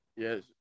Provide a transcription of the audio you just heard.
Yes